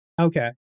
okay